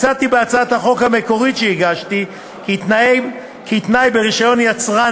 הצעתי בהצעת החוק המקורית שהגשתי כי תנאי ברישיון יצרן